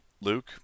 Luke